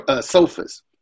sofas